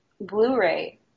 Blu-ray